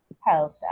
health